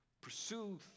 Pursue